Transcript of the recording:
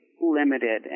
limited